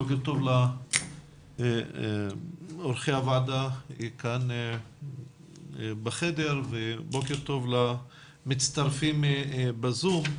בוקר טוב לאורחי הוועדה כאן בחדר ובוקר טוב למצטרפים בזום.